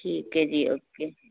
ਠੀਕ ਹੈ ਜੀ ਓਕੇ